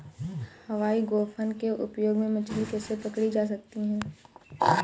हवाई गोफन के उपयोग से मछली कैसे पकड़ी जा सकती है?